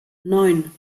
neun